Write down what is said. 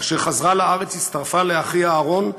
כאשר חזרה לארץ הצטרפה לאחיה אהרן,